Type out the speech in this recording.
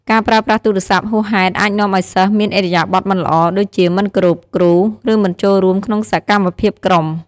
ការប្រើប្រាស់ទូរស័ព្ទហួសហេតុអាចនាំឱ្យសិស្សមានឥរិយាបថមិនល្អ ដូចជាមិនគោរពគ្រូ ឬមិនចូលរួមក្នុងសកម្មភាពក្រុម។